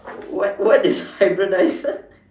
what what is hybridize